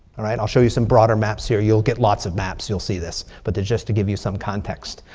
all right? i'll show you some broader maps here. you'll get lots of maps. you'll see this. but it's just to give you some context.